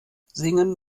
singen